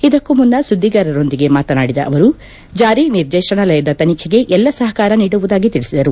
ಇದಕ್ಕೂ ಮುನ್ನ ಸುದ್ಲಿಗಾರರೊಂದಿಗೆ ಮಾತನಾಡಿದ ಅವರು ಜಾರಿ ನಿರ್ದೇಶನಾಲಯದ ತನಿಖೆಗೆ ಎಲ್ಲ ಸಹಕಾರ ನೀಡುವುದಾಗಿ ತಿಳಿಸಿದರು